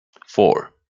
four